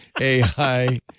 AI